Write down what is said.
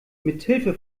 mithilfe